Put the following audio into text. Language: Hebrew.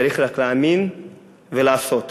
צריך רק להאמין ולעשות.